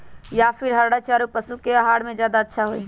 या फिर हरा चारा पशु के आहार में ज्यादा अच्छा होई?